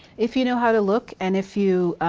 if you know how to look and if you.